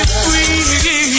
free